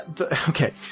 Okay